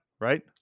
right